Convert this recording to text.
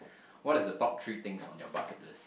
what are the top three things on your bucket list